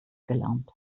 gelernt